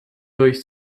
durch